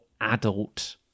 adult